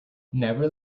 never